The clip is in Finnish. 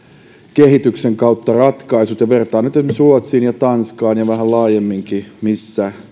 kehityksen ratkaisut vertaan nyt esimerkiksi ruotsiin ja tanskaan ja vähän laajemminkin missä